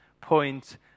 point